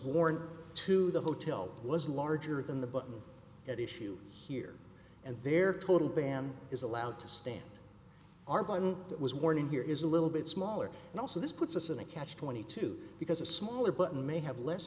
worn to the hotel was larger than the button at issue here and their total ban is allowed to stand argument that was warning here is a little bit smaller and also this puts us in a catch twenty two because a smaller button may have less